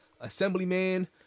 assemblyman